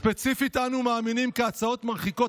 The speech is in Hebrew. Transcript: ספציפית אנו מאמינים כי הצעות מרחיקות